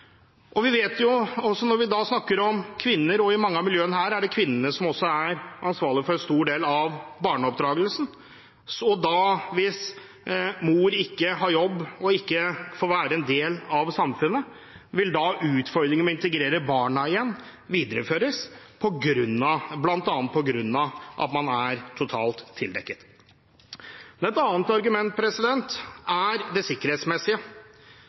Vi vet også, når vi snakker om kvinner, at i mange av miljøene her er det kvinnene som også er ansvarlige for en stor del av barneoppdragelsen, og hvis mor da ikke har jobb og ikke får være en del av samfunnet, vil utfordringen med å integrere barna igjen videreføres bl.a. på grunn av at man er totalt tildekket. Et annet argument er det sikkerhetsmessige.